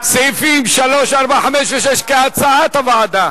סעיפים 3, 4, 5, ו-6 כהצעת הוועדה?